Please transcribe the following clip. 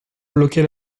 bloquait